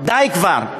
די כבר.